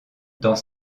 dans